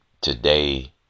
today